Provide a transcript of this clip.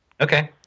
Okay